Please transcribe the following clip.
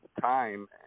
time